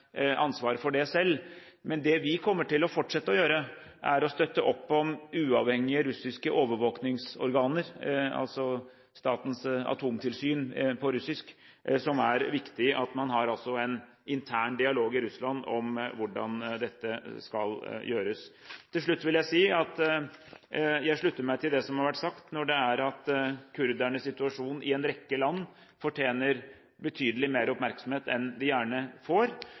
for det selv. Men det vi kommer til å fortsette å gjøre, er å støtte opp om uavhengige russiske overvåkingsorganer – altså den russiske statens atomtilsyn. Det er viktig at man har en intern dialog i Russland om hvordan dette skal gjøres. Til slutt vil jeg si at jeg slutter meg til det som har vært sagt om at kurdernes situasjon i en rekke land fortjener betydelig mer oppmerksomhet enn den gjerne får.